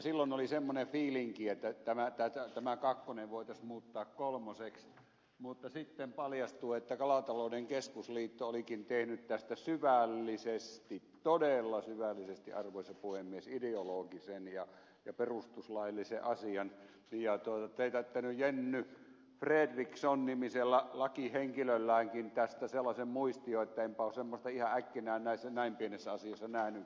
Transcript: silloin oli semmoinen fiilinki että tämä kakkonen voitaisiin muuttaa kolmoseksi mutta sitten paljastui että kalatalouden keskusliitto olikin tehnyt tästä syvällisesti todella syvällisesti arvoisa puhemies ideologisen ja perustuslaillisen asian ja teetättänyt jenny fredriksson nimisellä lakihenkilölläänkin tästä semmoisen muistion että enpä ole semmoista ihan äkkinään näin pienessä asiassa nähnytkään